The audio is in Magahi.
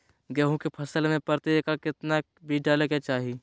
गेहूं के फसल में प्रति एकड़ कितना बीज डाले के चाहि?